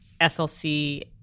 SLC